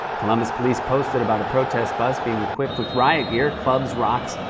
columbus police posted about a protest bus being equipped with riot gear clubs, rocks,